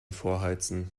vorheizen